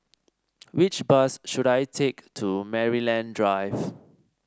which bus should I take to Maryland Drive